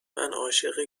عاشق